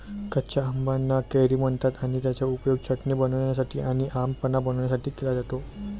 कच्या आंबाना कैरी म्हणतात आणि त्याचा उपयोग चटणी बनवण्यासाठी आणी आम पन्हा बनवण्यासाठी केला जातो